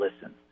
listen